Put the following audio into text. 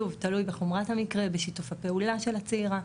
שוב, תלוי בחומרת המקרה, בשיתוף הפעולה של הצעירה.